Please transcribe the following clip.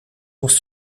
was